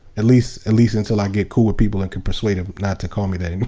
at least at least until i get cool people and can persuade them not to call me that and